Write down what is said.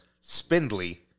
Spindly